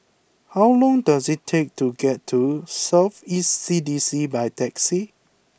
how long does it take to get to South East C D C by taxi